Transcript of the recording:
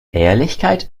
ehrlichkeit